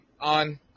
on